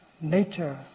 Nature